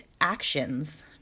actions